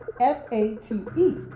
F-A-T-E